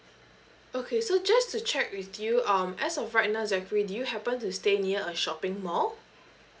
okay so just to check with you um as of right now zachary do you happen to stay near a shopping mall